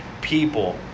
people